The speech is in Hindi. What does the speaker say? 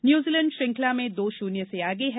न्यूजीलैण्ड श्रृंखला में दो शून्य से आगे है